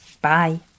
Bye